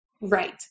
Right